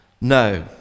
No